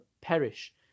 perish